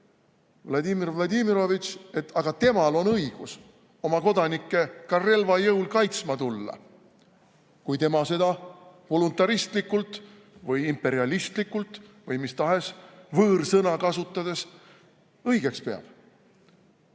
Vladimir Vladimirovitš, et aga temal on õigus oma kodanikke ka relva jõul kaitsma tulla, kui tema seda voluntaristlikult või imperialistlikult või mis tahes võõrsõna me kasutame, õigeks peab.